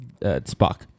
Spock